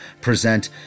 present